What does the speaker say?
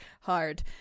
hard